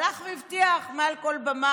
הלך והבטיח מעל כל במה,